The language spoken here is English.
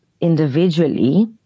individually